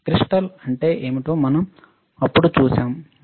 crystal అంటే ఏమిటో మనం అప్పుడు చూశాము